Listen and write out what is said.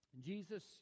Jesus